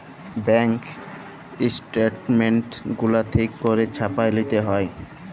bank statements গুলা ঠিক ক্যইরে ছাপাঁয় লিতে হ্যয়